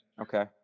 Okay